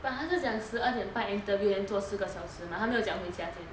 but 他是讲十二点半 interview then 做四个人小时吗他没有讲回家先